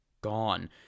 gone